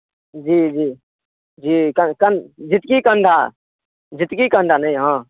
जी जी कन झिटकी कन्धा झिटकी कन्धा नहि हँ